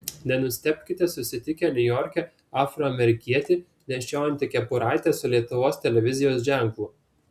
nenustebkite susitikę niujorke afroamerikietį nešiojantį kepuraitę su lietuvos televizijos ženklu